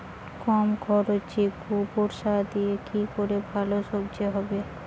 কম খরচে গোবর সার দিয়ে কি করে ভালো সবজি হবে?